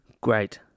Great